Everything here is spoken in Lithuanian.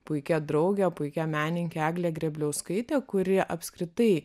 puikia drauge puikia menininke egle grėbliauskaite kuri apskritai